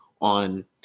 on